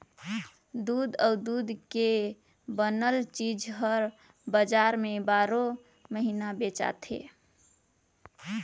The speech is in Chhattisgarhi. दूद अउ दूद के बनल चीज हर बजार में बारो महिना बेचाथे